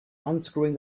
unscrewing